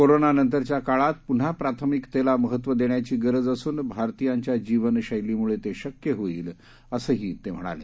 कोरोनानंतरच्या काळात प्न्हा प्राथमिकतेला महत्व देण्याची गरज असून भारतीयांच्या जीवनशैलीमुळे ते शक्य होईल असंही ते म्हणाले